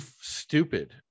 stupid